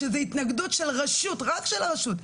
שזו התנגדות רק של הראשות,